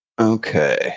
Okay